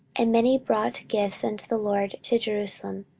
and many brought gifts unto the lord to jerusalem,